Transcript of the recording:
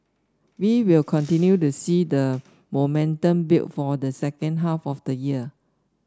we will continue to see the momentum build for the second half of the year